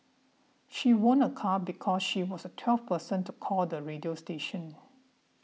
she won a car because she was the twelfth person to call the radio station